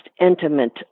intimate